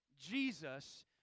Jesus